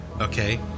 okay